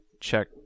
Check